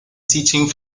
teaching